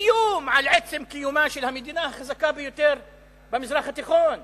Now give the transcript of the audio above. איום על עצם קיומה של המדינה החזקה ביותר במזרח התיכון.